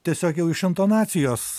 tiesiog jau iš intonacijos